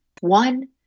One